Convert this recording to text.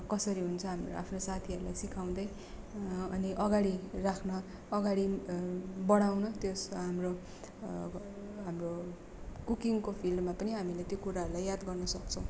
कसरी हुन्छ हाम्रो आफ्नो साथीहरूलाई सिकाउँदै अनि अगाडि राख्न अगाडि बढाउन त्यस हाम्रो हाम्रो कुकिङको फिल्डमा पनि हामीले त्यो कुराहरूलाई याद गर्न सक्छौँ